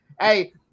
hey